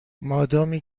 مادامی